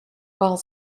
while